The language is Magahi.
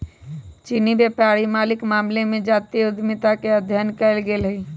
चीनी व्यापारी मालिके मामले में जातीय उद्यमिता के अध्ययन कएल गेल हइ